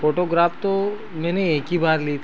photograph तो मैंने एक ही बार ली थी